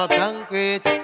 concrete